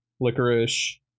licorice